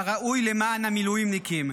כראוי למען המילואימניקים.